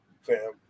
fam